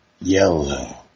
yellow